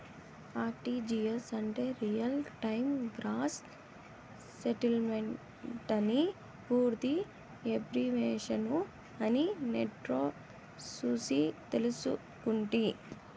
RTGS అంటే real time gross సెటిల్మెంటని పూర్తి ఎబ్రివేషను అని నెట్లో సూసి తెల్సుకుంటి